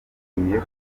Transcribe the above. batongera